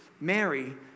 Mary